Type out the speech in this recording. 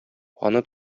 аны